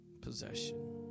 possession